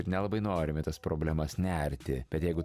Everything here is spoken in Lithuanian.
ir nelabai norim į tas problemas nerti bet jeigu